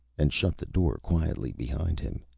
and shut the door quietly behind him.